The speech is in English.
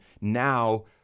now